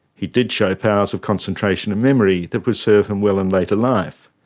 he did show powers of concentration and memory that would serve him well in later life.